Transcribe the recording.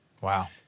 Wow